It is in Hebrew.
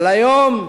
אבל היום,